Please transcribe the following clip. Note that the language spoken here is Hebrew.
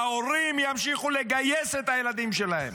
ההורים ימשיכו לגייס את הילדים שלהם.